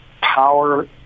power